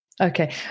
Okay